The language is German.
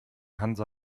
hansa